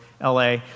LA